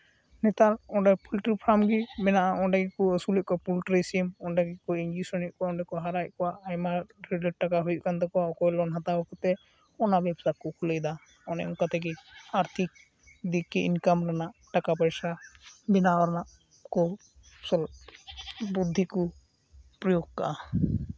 ᱱᱮᱛᱟᱨ ᱚᱸᱰᱮ poultry farm ᱜᱮ ᱢᱮᱱᱟᱜᱼᱟ ᱚᱸᱰᱮ ᱜᱮᱠᱚ ᱟᱹᱥᱩᱞᱮᱜ ᱠᱚᱣᱟ ᱯᱳᱞᱴᱨᱤ ᱥᱤᱢ ᱚᱸᱰᱮ ᱜᱮᱠᱚ ᱤᱧᱡᱮᱠᱥᱮᱱᱮᱜ ᱠᱚᱣᱟ ᱚᱸᱰᱮ ᱠᱚ ᱦᱟᱨᱟᱭᱮᱫ ᱠᱚᱣᱟ ᱟᱭᱢᱟ ᱟᱹᱰᱤ ᱰᱷᱮᱨ ᱴᱟᱠᱟ ᱦᱩᱭᱩᱜ ᱠᱟᱱ ᱛᱟᱠᱚᱣᱟ ᱚᱠᱚᱭ ᱞᱳᱱ ᱦᱟᱛᱟᱣ ᱠᱟᱛᱮᱫ ᱚᱱᱟ ᱵᱮᱵᱽᱥᱟ ᱠᱚ ᱠᱷᱩᱞᱟᱣᱮᱫᱟ ᱚᱱᱮ ᱚᱱᱠᱟ ᱛᱮᱜᱮ ᱟᱨᱛᱷᱤᱠ ᱫᱤᱠᱮ ᱤᱱᱠᱟᱢ ᱨᱮᱱᱟᱜ ᱴᱟᱠᱟ ᱯᱚᱭᱥᱟ ᱵᱮᱱᱟᱣ ᱨᱮᱱᱟᱜ ᱠᱚ ᱵᱩᱫᱽᱫᱷᱤ ᱠᱚ ᱯᱨᱚᱭᱳᱜᱽ ᱠᱟᱜᱼᱟ